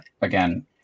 again